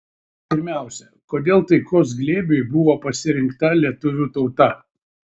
pirmiausia kodėl taikos glėbiui buvo pasirinkta lietuvių tauta